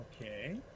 Okay